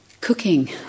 cooking